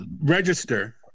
register